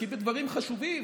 מתעסקים בדברים חשובים,